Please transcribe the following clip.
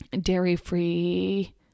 dairy-free